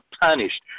punished